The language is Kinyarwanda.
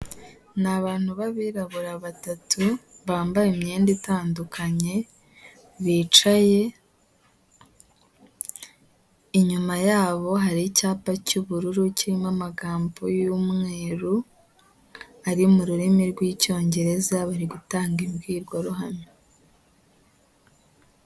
Ni abantu b'abirabura batatu bambaye imyenda itandukanye bicaye, inyuma ya bo hari icyapa cy'ubururu kirimo amagambo y'umweru, ari mu rurimi rw'icyongereza bari gutanga imbwirwaruhame.